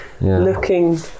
looking